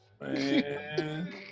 Man